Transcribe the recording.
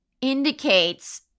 indicates –